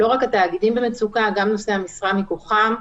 לא רק התאגידים במצוקה, גם נושאי המשרה מכוחם.